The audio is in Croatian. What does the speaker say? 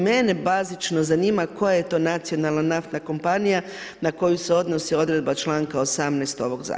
Mene bazično zanima koja je to nacionalna naftna kompanija, na koju se odnosi odredba čl. 18. ovog zakona?